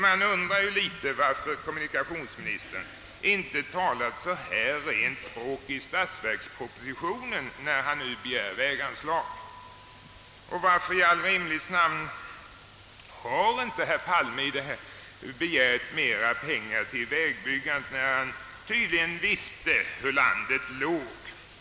Man undrar ju varför kommunikationsministern inte talat rent språk i statsverkspropositionen när han begär väganslag. Varför i all rimlighets namn har han inte begärt mer pengar till vägbyggandet när han tydligen visste hur landet låg?